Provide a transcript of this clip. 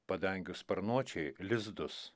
padangių sparnuočiai lizdus